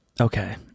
okay